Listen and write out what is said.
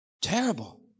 Terrible